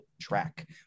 track